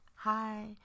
Hi